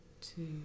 two